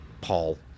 Paul